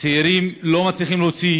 הצעירים לא מצליחים להוציא